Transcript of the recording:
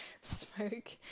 Smoke